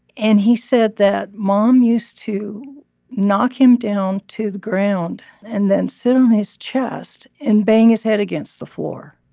and he said that mom used to knock him down to the ground and then sit on um his chest and bang his head against the floor.